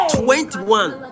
twenty-one